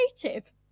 creative